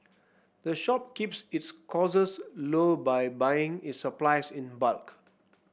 the shop keeps its costs low by buying its supplies in bulk